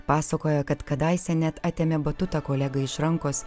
pasakoja kad kadaise net atėmė batutą kolegai iš rankos